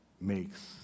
makes